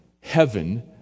heaven